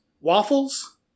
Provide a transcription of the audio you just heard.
waffles